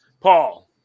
Paul